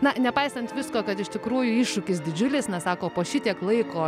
na nepaisant visko kad iš tikrųjų iššūkis didžiulis na sako po šitiek laiko